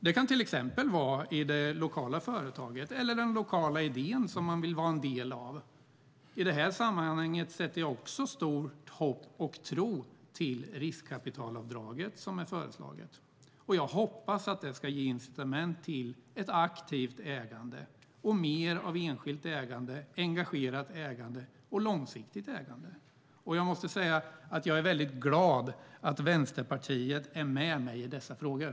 Det kan till exempel vara i det lokala företaget eller den lokala idén som man vill vara en del av. I det här sammanhanget sätter jag också stort hopp och stor tilltro till riskkapitalavdraget som är föreslaget. Jag hoppas att det ska ge incitament till ett aktivt ägande och mer av enskilt ägande, engagerat ägande och långsiktigt ägande. Jag måste säga att jag är väldigt glad att Vänsterpartiet är med mig i dessa frågor.